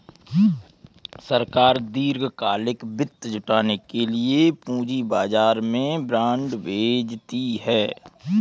सरकार दीर्घकालिक वित्त जुटाने के लिए पूंजी बाजार में बॉन्ड बेचती है